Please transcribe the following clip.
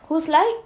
who's like